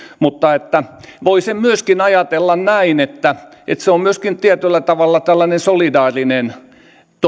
voi sen myöskin ajatella näin että että se on myöskin tietyllä tavalla tällainen solidaarinen